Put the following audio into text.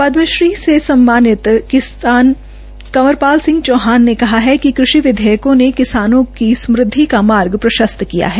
पदमश्री सम्मानित किसान कंवर पाल सिंह चौहान ने कहा है कि कृषि विधेयकों ने किसानों की स्मृद्धि का मार्ग प्रशस्त किया है